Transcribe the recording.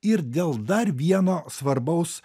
ir dėl dar vieno svarbaus